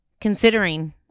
considering